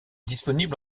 disponible